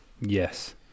Yes